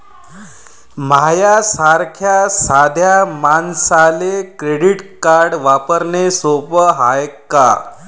माह्या सारख्या साध्या मानसाले क्रेडिट कार्ड वापरने सोपं हाय का?